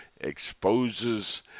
exposes